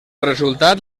resultat